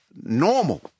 normal